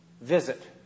visit